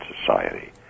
society